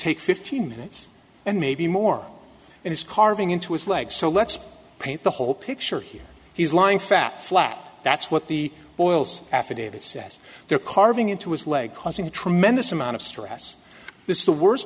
take fifteen minutes and maybe more and it's carving into his legs so let's paint the whole picture here he's lying fat flat that's what the oils affidavit says there carving into his leg causing a tremendous amount of stress this is the worst